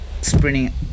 sprinting